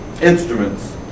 instruments